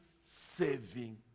saving